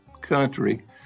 country